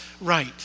right